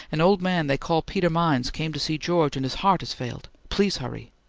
an old man they call peter mines came to see george, and his heart has failed. please hurry!